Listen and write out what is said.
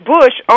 Bush